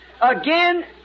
Again